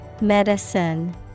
Medicine